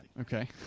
Okay